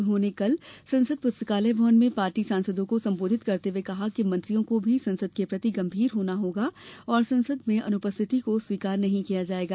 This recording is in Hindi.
उन्होंने कल संसद पुस्तकालय भवन में पार्टी सांसदों को संबोधित करते हुए कहा कि मंत्रियों को भी संसद के प्रति गंभीर होना होगा और संसद में अनुपस्थिति को स्वीकार नहीं किया जायेगा